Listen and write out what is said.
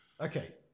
okay